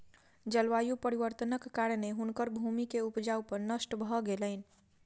जलवायु परिवर्तनक कारणेँ हुनकर भूमि के उपजाऊपन नष्ट भ गेलैन